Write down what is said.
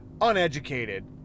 uneducated